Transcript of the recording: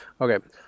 Okay